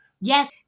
Yes